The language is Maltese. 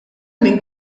min